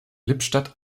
lippstadt